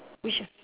which one